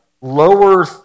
lower